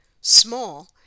small